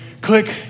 Click